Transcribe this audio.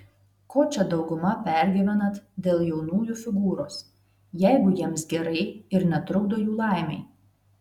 ko čia dauguma pergyvenat dėl jaunųjų figūros jeigu jiems gerai ir netrukdo jų laimei